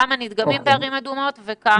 כמה נדגמים בערים אדומות וכמה לא.